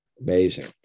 Amazing